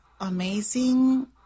amazing